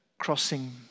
Crossing